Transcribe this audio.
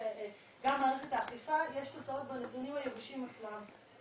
גם במערכת האכיפה יש תוצאות בנתונים היבשים אצלם.